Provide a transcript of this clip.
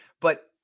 but-